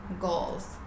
goals